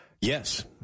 Yes